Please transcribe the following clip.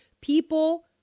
people